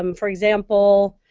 um for example